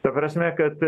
ta prasme kad